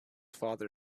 father